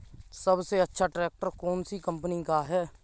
सबसे अच्छा ट्रैक्टर कौन सी कम्पनी का है?